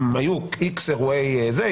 אם היו איקס אירועי זה,